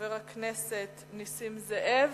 חבר הכנסת זבולון אורלב,